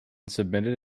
submitted